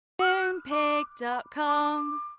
Moonpig.com